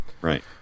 Right